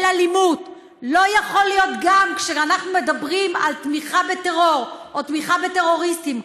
ולא הופכים את מקומות המגורים,